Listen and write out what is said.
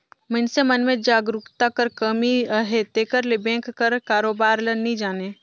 मइनसे मन में जागरूकता कर कमी अहे तेकर ले बेंक कर कारोबार ल नी जानें